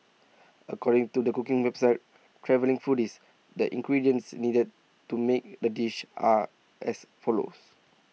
according to the cooking website travelling foodies the ingredients needed to make the dish are as follows